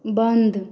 बन्द